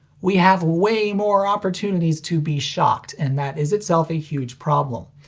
we have way more opportunities to be shocked, and that is itself a huge problem.